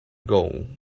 gold